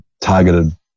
targeted